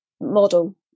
model